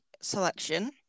selection